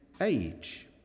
age